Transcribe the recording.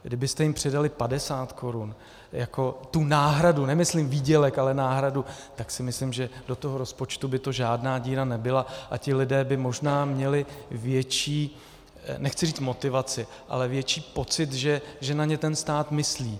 Kdybyste jim přidali 50 korun jako tu náhradu, nemyslím výdělek, ale náhradu, tak si myslím, že do toho rozpočtu by to žádná díra nebyla a ti lidé by možná měli větší, nechci říct motivaci, ale větší pocit, že na ně ten stát myslí.